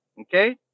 Okay